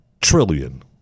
trillion